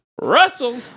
Russell